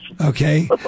okay